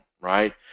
right